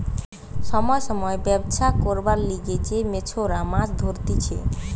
সময় সময় ব্যবছা করবার লিগে যে মেছোরা মাছ ধরতিছে